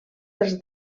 dels